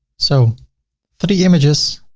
so three images.